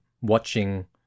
watching